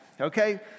okay